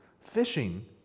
fishing